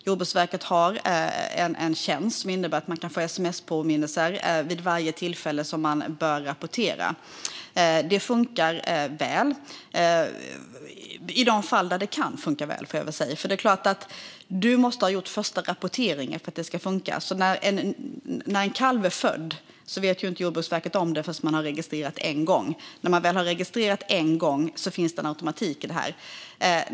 Jordbruksverket har en tjänst som innebär att du kan få sms-påminnelser vid varje tillfälle som du bör rapportera. Det funkar väl - i de fall det kan funka väl, får jag väl säga. Du måste ha gjort första rapporteringen för att det ska funka. När en kalv är född vet inte Jordbruksverket om det förrän det har blivit registrerat första gången. När du väl har registrerat en gång finns det en automatik.